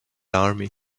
army